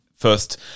first